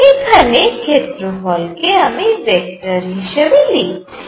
এখানে ক্ষেত্রফল কে আমি ভেক্টর হিসেবে লিখছি